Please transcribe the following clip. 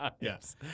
Yes